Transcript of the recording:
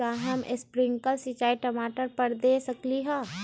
का हम स्प्रिंकल सिंचाई टमाटर पर दे सकली ह?